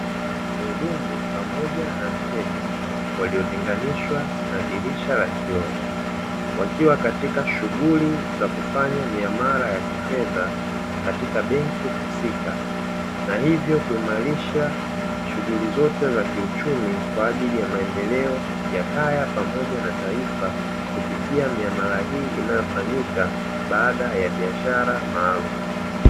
Mhudumu pamoja na mteja waliotenganishwa na dirisha la kioo, wakiwa katika shughuli za kufanya miamala ya kifedha katika benki husika, na hivyo kuimarisha shughuli zote za kiuchumi kwa ajili ya maendeleo ya kaya pamoja na taifa, kupitia miamala hii inayofanyika baada ya biashara maalumu.